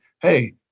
hey